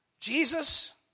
Jesus